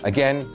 Again